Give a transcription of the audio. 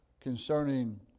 concerning